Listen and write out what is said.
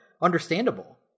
understandable